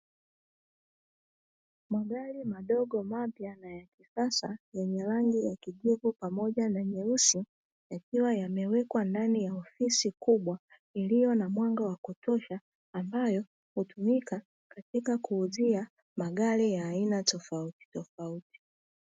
Magari madogo mapya na ya kisasa yenye rangi ya kijivu pamoja na nyeusi, yakiwa yamewekwa ndani ya ofisi kubwa iliyo na mwanga wa kutosha, ambayo hutumika katika kuuzia magari ya aina tofautitofauti.